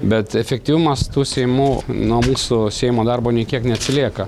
bet efektyvumas tų seimų nuo mūsų seimo darbo nė kiek neatsilieka